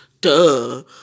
Duh